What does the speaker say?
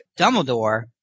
Dumbledore